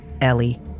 Ellie